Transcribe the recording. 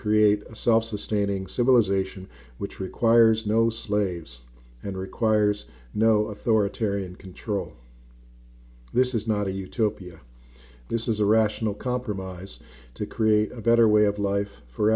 create a self sustaining civilization which requires no slaves and requires no authoritarian control this is not a utopia this is a rational compromise to create a better way of life for